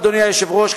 אדוני היושב-ראש,